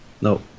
No